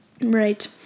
Right